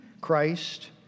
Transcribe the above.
Christ